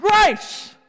grace